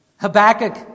Habakkuk